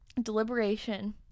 deliberation